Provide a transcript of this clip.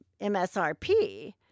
MSRP